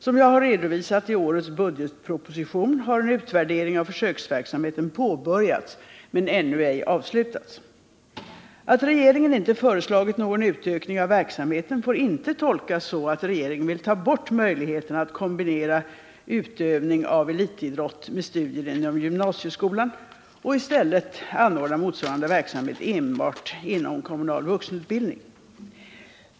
Som jag har redovisat i årets budgetproposition har en utvärdering av försöksverksamheten påbör Att regeringen inte föreslagit någon utökning av verksamheten får inte tolkas så att regeringen vill ta bort möjligheterna att kombinera utövning av elitidrott med studier inom gymnasieskolan och i stället anordna motsvarande verksamhet enbart inom kommunal vuxenutbildning.